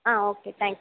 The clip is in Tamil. ah okay thanks